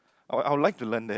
I I would like to learn that